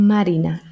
Marina